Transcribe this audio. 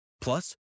Plus